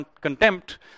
contempt